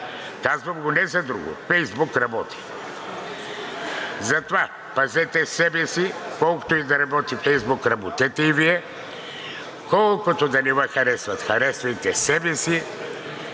Казвам го не за друго – Фейсбук работи. Затова пазете себе си, колкото и да работи Фейсбук, работете и Вие. Колкото да не Ви харесват, харесвайте себе си.